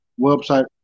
website